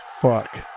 Fuck